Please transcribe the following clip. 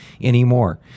anymore